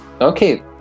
okay